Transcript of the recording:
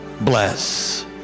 bless